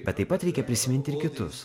bet taip pat reikia prisiminti ir kitus